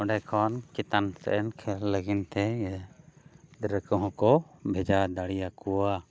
ᱱᱚᱰᱮ ᱠᱷᱚᱱ ᱪᱮᱛᱟᱱ ᱥᱮᱱ ᱠᱷᱮᱹᱞ ᱞᱟᱹᱜᱤᱫ ᱛᱮ ᱜᱤᱫᱽᱨᱟᱹ ᱠᱚᱦᱚᱸ ᱠᱚ ᱵᱷᱮᱡᱟ ᱫᱟᱲᱮᱭᱟᱠᱚᱣᱟ